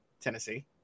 Tennessee